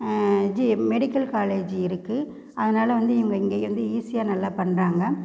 medical college இருக்குது அதனால வந்து இவங்க இங்கே வந்து ஈஸியாக நல்லா பண்ணுறாங்க